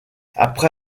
après